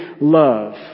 love